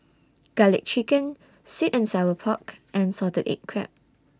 Garlic Chicken Sweet and Sour Pork and Salted Egg Crab